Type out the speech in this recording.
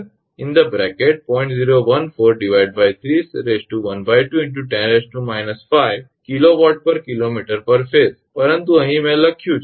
014 312 × 10−5 𝑘𝑊𝑘𝑚𝑝ℎ𝑎𝑠𝑒 પરંતુ અહીં મેં લખ્યું છે